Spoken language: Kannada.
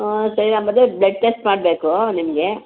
ಹಾಂ ಸರಿ ಆಮೇಲೆ ಬ್ಲಡ್ ಟೆಸ್ಟ್ ಮಾಡ್ಬೇಕು ನಿಮಗೆ